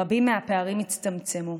רבים מהפערים הצטמצמו.